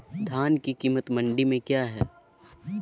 धान के कीमत मंडी में क्या है?